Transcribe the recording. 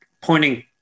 pointing –